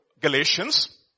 Galatians